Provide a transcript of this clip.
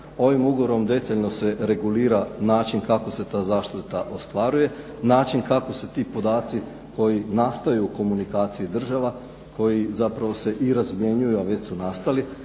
Ovim ugovorom detaljno se regulira način kako se ta zaštita ostvaruje, način kako se ti podaci koji nastaju u komunikaciji država, koji zapravo se i razmjenjuju a već su nastali,